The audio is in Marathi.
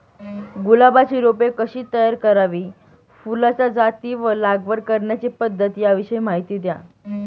गुलाबाची रोपे कशी तयार करावी? फुलाच्या जाती व लागवड करण्याची पद्धत याविषयी माहिती द्या